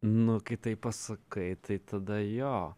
na kai taip pasakai tai tada jo